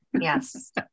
Yes